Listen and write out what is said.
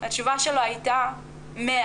התשובה שלו הייתה 'מאה.